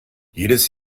jedes